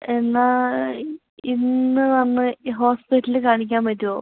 എന്നാൽ ഇന്ന് വന്ന് ഹോസ്പിറ്റലില് കാണിക്കാൻ പറ്റുമോ